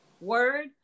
word